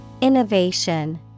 Innovation